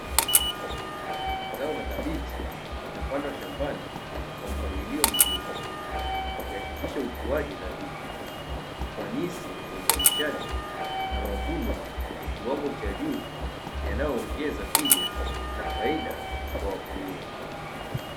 Zao la kabichi limepandwa shambani kwa mpangilio mzuri, ikihakikisha ukuaji thabiti ufanisi wa uzalishaji na mavuno ya kiwango cha juu yanayoongeza tija na faida kwa wakulima.